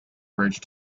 bridge